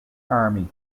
army